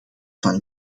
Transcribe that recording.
van